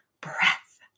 breath